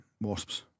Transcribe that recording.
Wasps